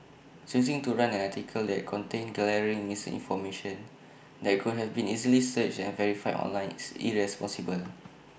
choosing to run an article that contained glaring misinformation that could have been easily searched and verified online is irresponsible